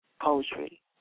poetry